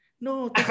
No